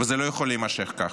וזה לא יכול להימשך כך.